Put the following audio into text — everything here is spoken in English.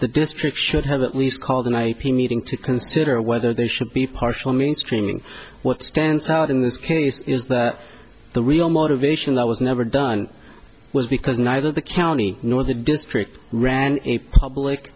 the district should have at least called an ip meeting to consider whether they should be partial mainstreaming what stands out in this case is that the real motivation that was never done was because neither the county nor the district ran a public